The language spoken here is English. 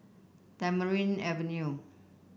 Tamarind Avenue